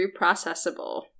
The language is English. reprocessable